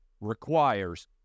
requires